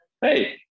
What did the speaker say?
Hey